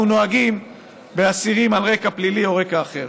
נוהגים באסירים על רקע פלילי או רקע אחר.